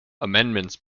amendments